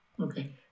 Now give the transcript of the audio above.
Okay